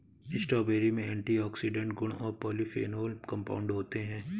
strawberry में antioxidant गुण और पॉलीफेनोल कंपाउंड होते हैं